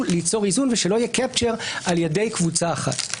ליצור איזון ושלא יהיה capture על ידי קבוצה אחת.